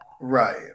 Right